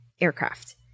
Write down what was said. aircraft